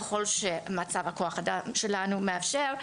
ככל שמצב כוח האדם שלנו מאפשר,